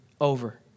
over